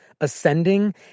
ascending